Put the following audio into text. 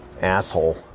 asshole